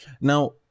now